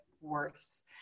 worse